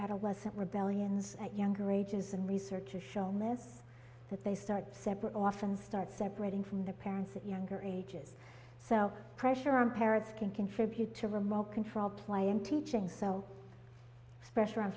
adolescent rebellion zone at younger ages and research has shown less that they start separate often start separating from their parents at younger ages so pressure on parents can contribute to remote controlled play in teaching so especially on